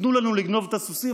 תנו לנו לגנוב את הסוסים,